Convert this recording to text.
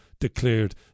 declared